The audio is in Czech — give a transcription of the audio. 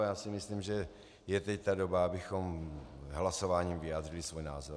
Já myslím, že je teď ta doba, abychom hlasováním vyjádřili svůj názor.